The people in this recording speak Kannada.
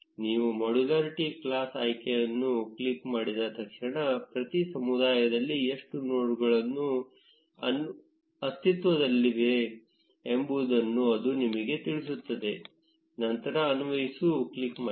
ನೀವು ಮಾಡ್ಯುಲಾರಿಟಿ ಕ್ಲಾಸ್ ಆಯ್ಕೆಯನ್ನು ಕ್ಲಿಕ್ ಮಾಡಿದ ತಕ್ಷಣ ಪ್ರತಿ ಸಮುದಾಯದಲ್ಲಿ ಎಷ್ಟು ನೋಡ್ಗಳು ಅಸ್ತಿತ್ವದಲ್ಲಿವೆ ಎಂಬುದನ್ನು ಅದು ನಿಮಗೆ ತಿಳಿಸುತ್ತದೆ ನಂತರ ಅನ್ವಯಿಸು ಕ್ಲಿಕ್ ಮಾಡಿ